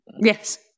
Yes